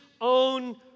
own